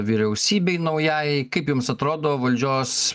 vyriausybei naujai kaip jums atrodo valdžios